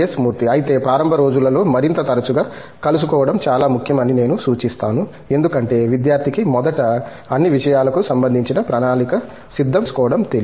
మూర్తి అయితే ప్రారంభ రోజులలో మరింత తరచుగా కలుసుకోవడం చాలా ముఖ్యం అని నేను సూచిస్తాను ఎందుకంటే విద్యార్థికి మొదట అన్ని విషయాలకు సంబంధించిన ప్రణాళిక సిద్ధం చేసుకోవడం తెలీదు